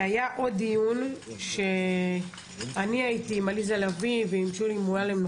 היה עוד דיון שאני הייתי עם עליזה לביא ועם שולי מועלם,